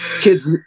Kids